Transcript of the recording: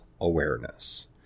awareness